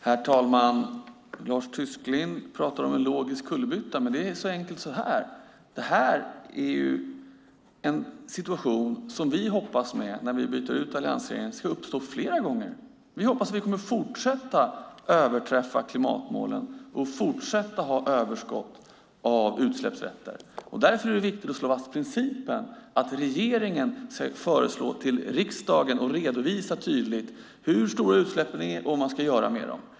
Herr talman! Lars Tysklind pratar om en logisk kullerbytta, men det är helt enkelt så här: Det här är en situation som vi hoppas ska uppstå fler gånger när vi byter ut alliansregeringen. Vi hoppas att vi kommer att fortsätta överträffa klimatmålen och fortsätta ha överskott av utsläppsrätter. Därför är det viktigt att slå fast principen att regeringen ska föreslå till riksdagen och redovisa tydligt hur stora utsläppen är och vad man ska göra med dem.